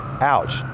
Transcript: Ouch